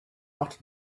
not